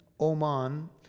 Oman